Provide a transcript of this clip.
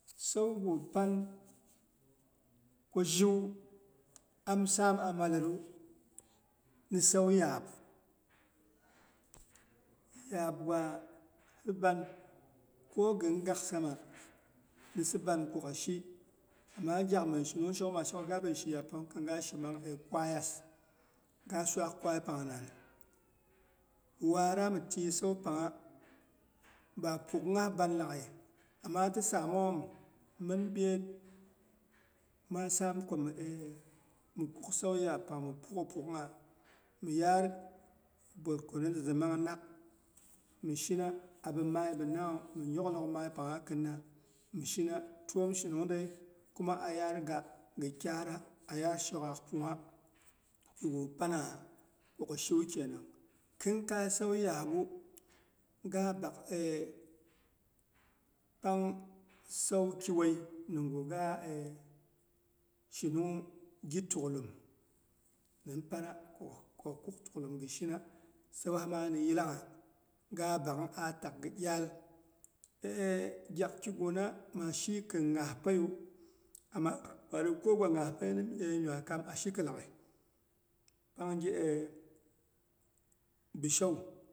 Saugu panku zhiwu, am sam a malem ni sau yaab. Yaab gwahi vang, ƙoghi gaksama ni hi ban koghi shi. Ama gyak me shinung shokghu maa sheko gabin shi yaab pangwu, kanga shi mang eh kwaiyas. Ga swaak kwai pang nan. Waara mi tyɨi san pangha ba puu'gh ngha ban laghai, amati manghom min byet maa samko mi eh mi kuk san yaapang mi puuk gha puukngha, mi yaar ɓorkononiza mang nak, mi shina. Abin mmai binna wu, mi nyoklok mai pangha kinna. Mishina twom shinungdei. Kuma a yaar ga gɨ kyara yar sɦokgaak pungha. Kigu pana koghi shiwu kenang. Khin kai sau yaabu, ga bak pang saukiwei ningu ga shinungnwu, gi tukglim min pang ko ghi kuk tukglim gɨ shina, sau wa maa ni yilangha. Ga bak ah takga iyal. gyakiguna maa shi kɨn nghapeiyu, ama bani ko gwa ngha pei mi nynaikaam a shiga laghai. Pang gi bishow